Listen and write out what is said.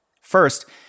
First